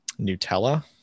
Nutella